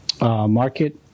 market